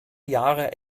jahre